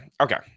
okay